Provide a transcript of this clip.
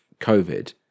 COVID